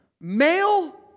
Male